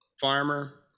farmer